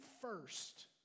first